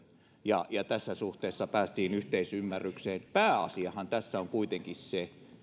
ja tässä suhteessa päästiin yhteisymmärrykseen pääasiahan tässä on kuitenkin se